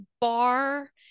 bar